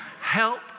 help